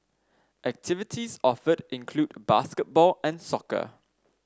activities offered include basketball and soccer